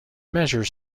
measures